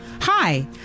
Hi